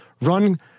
run